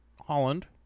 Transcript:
holland